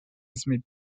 smith